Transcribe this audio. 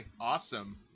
awesome